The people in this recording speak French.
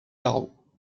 barreau